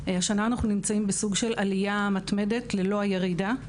השנה אנחנו נמצאים בסוג של עליה מתמדת ללא ירידה.